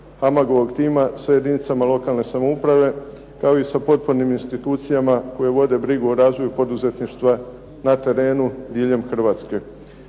"HAMAG-ovog" tima s jedinicama lokalne samouprave kao i sa potpornim institucijama koje vode brigu o razvoju poduzetništva na terenu diljem Hrvatske.